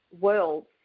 worlds